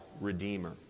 Redeemer